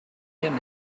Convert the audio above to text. ihren